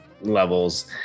levels